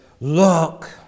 look